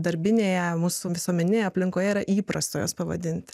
darbinėje mūsų visuomenėje aplinkoje yra įprasta jas pavadinti